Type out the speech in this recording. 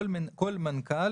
כל מנכ"ל